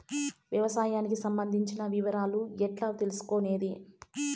వ్యవసాయానికి సంబంధించిన వివరాలు ఎట్లా తెలుసుకొనేది?